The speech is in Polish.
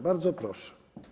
Bardzo proszę.